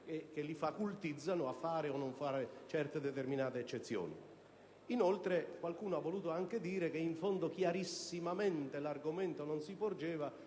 Grazie,